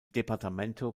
departamento